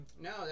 No